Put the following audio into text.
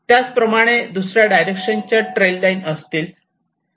त्याचप्रमाणे दुसऱ्या डायरेक्शन च्या ट्रेल लाईन असतील